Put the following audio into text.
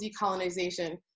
decolonization